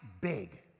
big